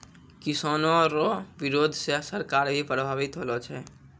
किसानो रो बिरोध से सरकार भी प्रभावित होलो छै